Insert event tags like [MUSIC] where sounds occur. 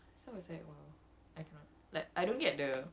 [LAUGHS] goyang